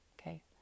Okay